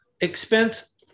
expense